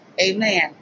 Amen